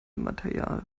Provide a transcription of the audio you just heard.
material